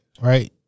right